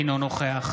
אינו נוכח